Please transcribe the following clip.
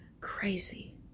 crazy